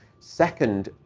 second,